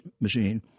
machine